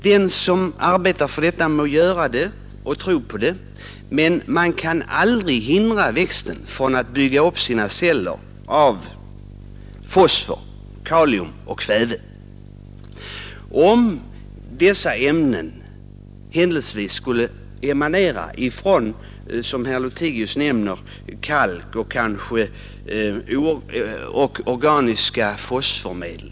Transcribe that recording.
Den som arbetar för detta må göra det och tro på det, men man kan aldrig hindra växten från att bygga upp sina celler av fosfor, kalium och kväve, även om dessa ämnen händelsevis skulle emanera från — som herr Lothigius nämner — kalk och organiska fosformedel.